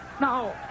Now